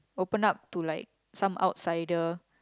open up to like some outsider